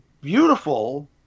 beautiful